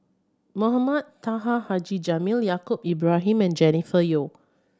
Mohamed Taha Haji Jamil Yaacob Ibrahim and Jennifer Yeo